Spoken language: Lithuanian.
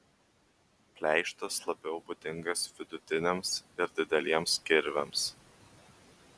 pleištas labiau būdingas vidutiniams ir dideliems kirviams